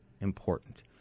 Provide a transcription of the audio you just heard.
important